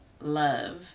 love